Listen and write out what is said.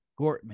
Gortman